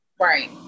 right